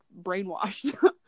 brainwashed